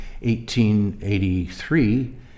1883